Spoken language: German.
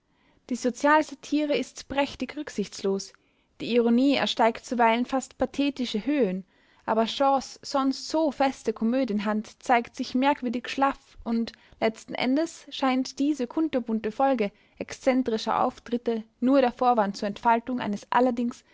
die sozialsatire ist prächtig rücksichtslos die ironie ersteigt zuweilen fast pathetische höhen aber shaws sonst so feste komödienhand zeigt sich merkwürdig schlaff und letzten endes scheint diese kunterbunte folge exzentrischer auftritte nur der vorwand zur entfaltung eines allerdings